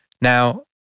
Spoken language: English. Now